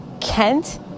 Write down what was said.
Kent